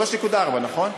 3.4%, נכון?